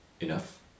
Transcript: enough